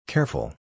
Careful